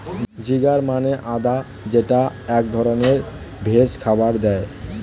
ginger মানে আদা যেইটা এক ধরনের ভেষজ খাবারে দেয়